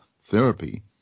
therapy